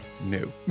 new